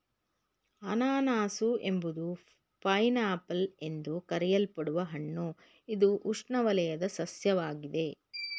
ಅನನಾಸು ಎಂಬುದು pineapple ಎಂದು ಕರೆಯಲ್ಪಡುವ ಹಣ್ಣು ಇದು ಉಷ್ಣವಲಯದ ಸಸ್ಯವಾಗಿದೆ